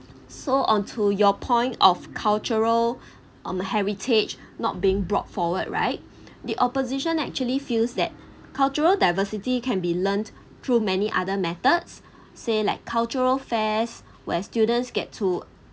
so onto your point of cultural on heritage not being brought forward right the opposition actually feels that cultural diversity can be learnt through many other methods say like cultural fairs where students get to